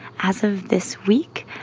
as of this week,